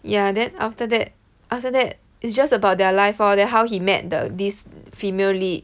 yah then after that after that it's just about their life lor then how he met the this female lead